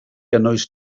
gynnwys